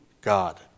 God